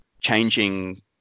changing